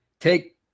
take